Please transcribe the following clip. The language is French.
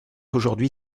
aujourd’hui